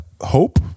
hope